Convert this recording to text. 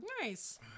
Nice